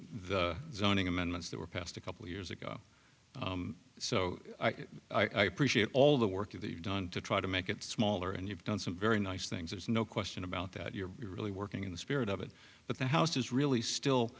the zoning amendments that were passed a couple years ago so i appreciate all the work of that you've done to try to make it smaller and you've done some very nice things there's no question about that you're really working in the spirit of it but the house is really still